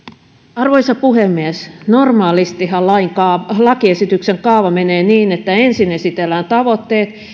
arvoisa puhemies normaalistihan lakiesityksen kaava menee niin että ensin esitellään tavoitteet